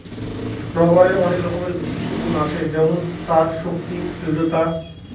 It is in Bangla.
রবারের আনেক রকমের বিশিষ্ট গুন আছে যেমন তার শক্তি, দৃঢ়তা